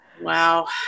Wow